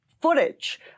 footage